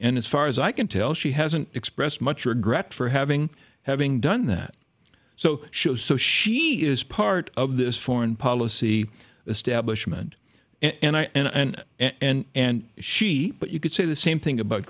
and as far as i can tell she hasn't expressed much regret for having having done that so show so she is part of this foreign policy establishment and i and and and she but you could say the same thing about